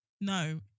No